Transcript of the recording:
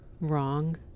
wrong